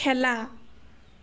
খেলা